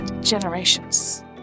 generations